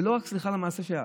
זה לא רק סליחה על המעשה שהיה.